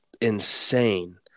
insane